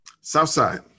Southside